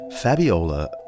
Fabiola